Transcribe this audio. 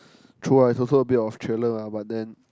true ah it's also a bit of thriller lah but then